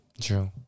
True